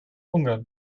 ungarn